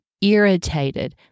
irritated